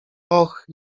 och